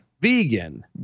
vegan